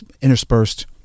interspersed